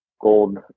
gold